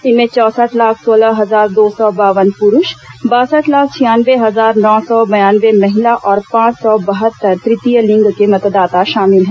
इनमें चौंसठ लाख सोलह हजार दो सौ बावन पुरूष बासठ लाख छियानवे हजार नौ सौ बयानवे महिला और पांच सौ बहत्तर तृतीय लिंग के मतदाता शामिल हैं